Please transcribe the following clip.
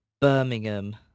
Birmingham